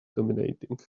dominating